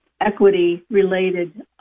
equity-related